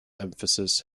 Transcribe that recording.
emphasis